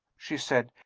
she said,